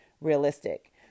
realistic